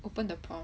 open the prompt